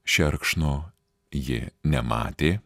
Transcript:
šerkšno ji nematė